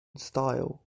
style